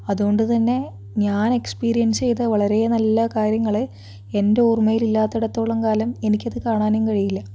അതുകൊണ്ടുത്തന്നെ ഞാൻ എക്സ്പീരിയൻസ് ചെയ്ത വളരെ നല്ല കാര്യങ്ങൾ എൻ്റെ ഓർമ്മയിലില്ലാത്തിടത്തോളം കാലം എനിക്കത് കാണാനും കഴിയില്ല